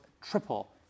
triple